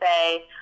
say